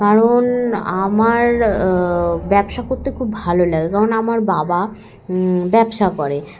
কারণ আমার ব্যবসা করতে খুব ভালো লাগে কারণ আমার বাবা ব্যবসা করে